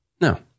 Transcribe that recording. No